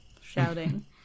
shouting